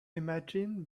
imagine